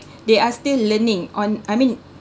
they are still learning on I mean